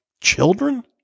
children